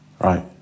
Right